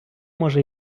може